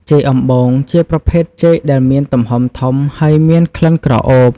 ចេកអំបូង ជាប្រភេទចេកដែលមានទំហំធំ ហើយមានក្លិនក្រអូប។